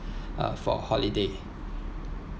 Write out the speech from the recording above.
uh for holiday